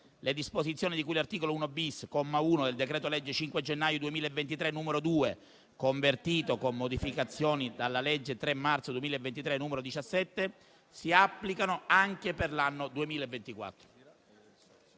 Le disposizioni di cui all'articolo 1-*bis*, comma 1, del decreto-legge 5 gennaio 2023, n. 2, convertito, con modificazioni, dalla legge 3 marzo 2023, n. 17, si applicano anche per l'anno 2024.